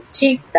ঠিক তাই